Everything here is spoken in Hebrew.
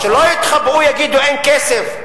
שלא יתחבאו, שיגידו: אין כסף.